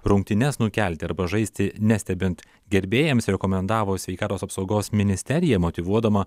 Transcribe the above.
rungtynes nukelti arba žaisti nestebint gerbėjams rekomendavo sveikatos apsaugos ministerija motyvuodama